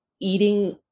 eating